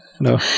No